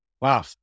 Wow